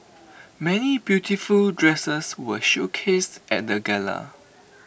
many beautiful dresses were showcased at the gala